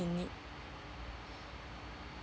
in need